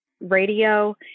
radio